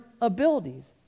abilities